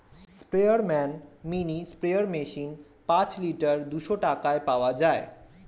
স্পেয়ারম্যান mini sprayer machine পাঁচ litre দুইশো টাকায় পাওয়া যায়